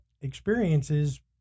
experiences